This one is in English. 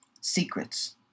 Secrets